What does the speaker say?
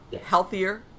healthier